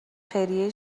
خیریه